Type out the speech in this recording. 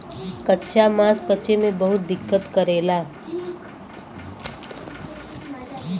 कच्चा मांस पचे में बहुत दिक्कत करेला